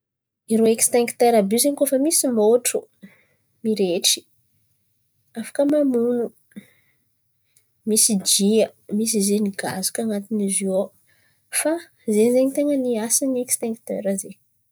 Irô ekstinktera àby io zen̈y kôa fa misy môtro mirehitry. Afaka mamono. Misy zen̈y jià, misy zen̈y gazy an̈atin̈y izy io ao.